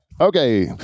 Okay